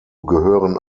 gehören